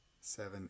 seven